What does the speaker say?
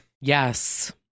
Yes